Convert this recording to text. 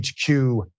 HQ